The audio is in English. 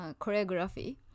choreography